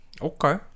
okay